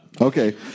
Okay